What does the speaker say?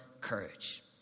courage